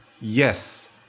Yes